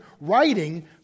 writing